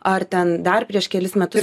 ar ten dar prieš kelis metus